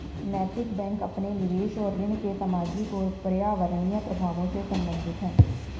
नैतिक बैंक अपने निवेश और ऋण के सामाजिक और पर्यावरणीय प्रभावों से संबंधित है